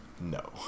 No